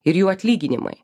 ir jų atlyginimai